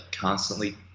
constantly